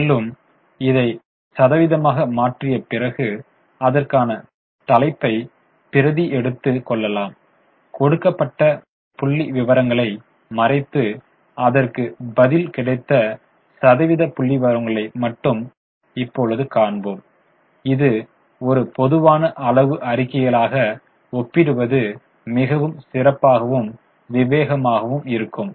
மேலும் இதை சதவீதமாக மாற்றிய பிறகு அதற்கான தலைப்பை பிரதி எடுத்து கொள்ளலாம் கொடுக்கப்பட்ட புள்ளி விவரங்களை மறைத்து அதற்கு பதில் கிடைத்த சதவீத புள்ளிவிவரங்களை மட்டும் இப்பொழுது காண்போம் இது ஒரு பொதுவான அளவு அறிக்கைகளாக ஒப்பிடுவது மிகவும் சிறப்பாகவும் விவேகமாகவும் இருக்கும்